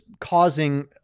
causing